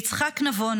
יצחק נבון,